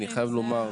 אני חייב לומר,